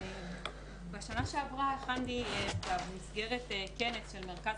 בשנה שעברה הכנתי את מסגרת הכנס של מרכז